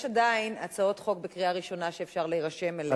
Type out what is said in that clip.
יש עדיין הצעות חוק לקריאה ראשונה שאפשר להירשם אליהן.